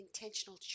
intentional